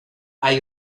hay